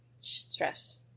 Stress